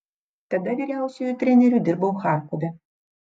tada vyriausiuoju treneriu dirbau charkove